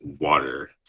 water